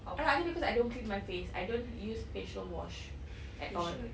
ya lah I know because I don't clean my face I don't use facial wash at all